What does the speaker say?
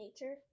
Nature